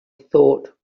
thought